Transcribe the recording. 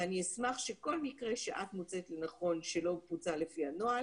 אני אשמח שכול מקרה שאת מוצאת לנכון שלא בוצע לפי הנוהל